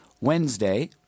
Wednesday